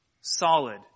solid